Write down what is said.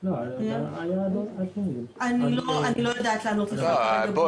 אני לא יודעת לענות לך כרגע.